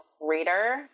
reader